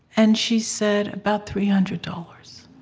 and she said, about three hundred dollars.